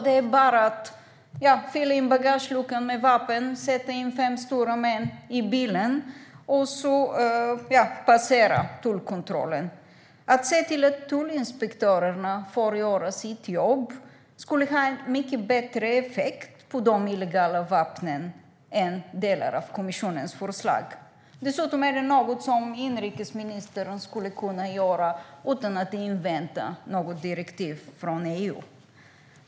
Det är bara att fylla bagageluckan med vapen, sätta in fem stora män i bilen och sedan passera tullkontrollen. Att se till att tullinspektörerna får göra sitt jobb skulle ha en mycket bättre effekt på de illegala vapnen än delar av kommissionens förslag. Dessutom är det något som inrikesministern skulle kunna göra utan att invänta något direktiv från EU.